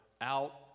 out